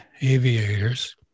aviators